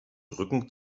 rücken